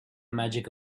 magic